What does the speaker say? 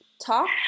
talk